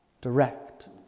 direct